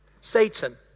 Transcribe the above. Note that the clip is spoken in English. Satan